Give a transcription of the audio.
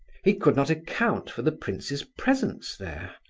he could not account for the prince's presence there.